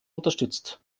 unterstützt